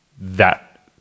that-